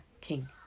king